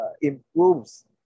improves